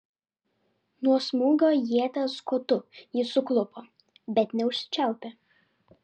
nuo smūgio ieties kotu jis suklupo bet neužsičiaupė